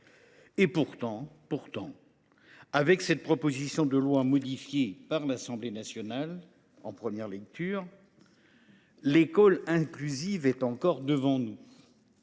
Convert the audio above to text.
Pourtant, avec cette proposition de loi, modifiée par l’Assemblée nationale en première lecture, l’école inclusive est encore devant nous.